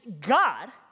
God